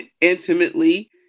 intimately